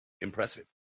impressive